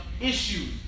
issues